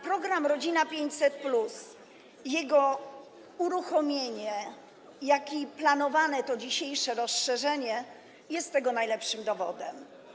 Program „Rodzina 500+” - zarówno jego uruchomienie, jak i to planowane dzisiejsze rozszerzenie - jest tego najlepszym dowodem.